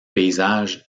paysages